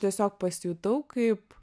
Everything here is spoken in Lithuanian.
tiesiog pasijutau kaip